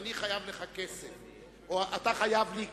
אני חייב לך כסף, או אתה חייב לי כסף,